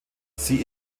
sie